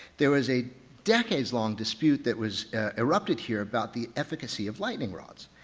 there was a decades-long dispute that was erupted here about the efficacy of lightning rods.